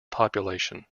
population